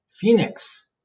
Phoenix